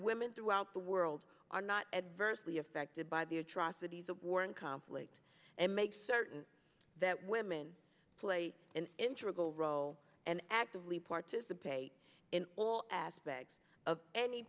women throughout the world are not adversely affected by the atrocities of war and conflict and make certain that women play an integral role and actively participate in all aspects of any